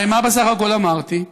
הרי מה בסך הכול אמרתי?